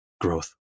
growth